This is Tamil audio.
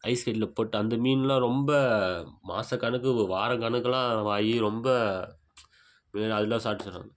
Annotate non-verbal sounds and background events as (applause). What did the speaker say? ஐஸ் பெட்டியில் போட்டு அந்த மீனெல்லாம் ரொம்ப மாத கணக்கு வார கணக்கெல்லாம் ஆகி ரொம்ப வேறு அதெல்லாம் சாப்பிட்டு (unintelligible)